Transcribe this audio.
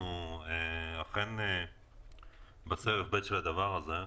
אנחנו אכן בסבב ב' של הדבר הזה,